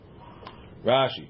Rashi